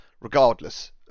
regardless